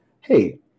Hey